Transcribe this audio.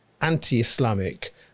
anti-Islamic